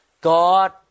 God